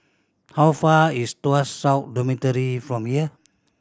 how far is Tuas South Dormitory from here